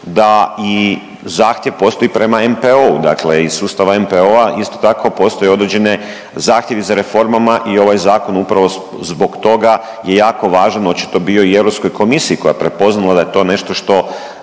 da i zahtjev postoji prema NPO-u, dakle iz sustava NPO-a isto tako postoje određeni zahtjevi za reformama i ovaj zakon upravo zbog toga je jako važan očito bio i Europskoj komisiji koja je prepoznala da je to nešto što